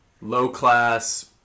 low-class